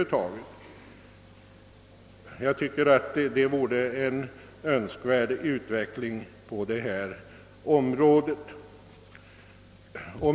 Det tycker jag vore en önksvärd utveckling på det här området.